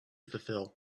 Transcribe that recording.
fulfill